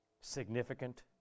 significant